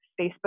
Facebook